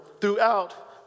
throughout